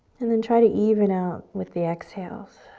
and then try to even out with the exhales